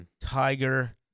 Tiger